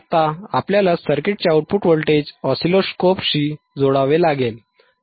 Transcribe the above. आता आपल्याला सर्किटचे आउटपुट व्होल्टेज ऑसिलोस्कोपशी जोडावे लागेल